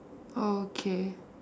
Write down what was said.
orh okay